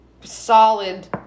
Solid